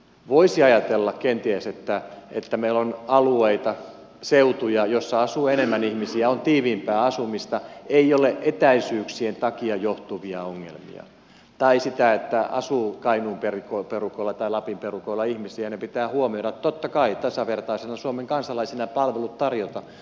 voisi ajatella kenties että meillä on alueita seutuja joilla asuu enemmän ihmisiä on tiiviimpää asumista ei ole etäisyyksistä johtuvia ongelmia tai sitä että asuu kainuun perukoilla tai lapin perukoilla ihmisiä jotka pitää huomioida totta kai tasavertaisina suomen kansalaisina palvelut tarjota